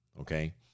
okay